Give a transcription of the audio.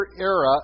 era